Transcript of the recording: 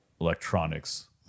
Electronics